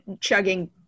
chugging